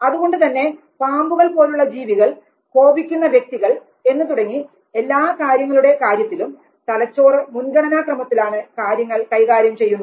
അതുകൊണ്ട് തന്നെ പാമ്പുകൾ പോലുള്ള ജീവികൾ കോപിക്കുന്ന വ്യക്തികൾ എന്നു തുടങ്ങി എല്ലാ കാര്യങ്ങളുടെ കാര്യത്തിലും തലച്ചോറ് മുൻഗണനാക്രമത്തിലാണ് കാര്യങ്ങൾ കൈകാര്യം ചെയ്യുന്നത്